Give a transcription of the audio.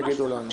הם יגידו לנו.